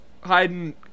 hiding